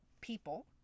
people